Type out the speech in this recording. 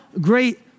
great